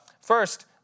First